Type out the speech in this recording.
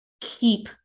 keep